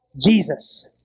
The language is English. Jesus